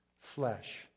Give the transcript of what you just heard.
flesh